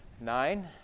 nine